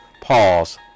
Pause